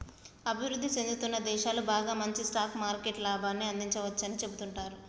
అభివృద్ధి చెందుతున్న దేశాలు బాగా మంచి స్టాక్ మార్కెట్ లాభాన్ని అందించవచ్చని సెబుతుంటారు